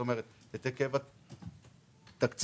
זאת אומרת, את היקף התפעול.